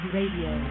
Radio